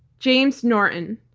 james norton.